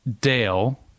Dale